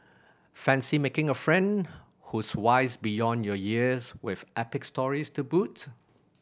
fancy making a friend who's wise beyond your years with epic stories to boot